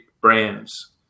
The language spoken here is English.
brands